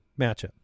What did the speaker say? matchup